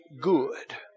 good